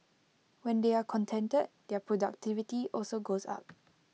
when they are contented their productivity also goes up